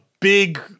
big